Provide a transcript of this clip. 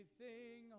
sing